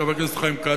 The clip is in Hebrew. חבר הכנסת חיים כץ,